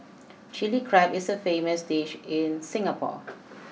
Chilli Crab is a famous dish in Singapore